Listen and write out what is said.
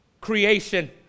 creation